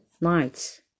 nights